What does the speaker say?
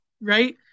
Right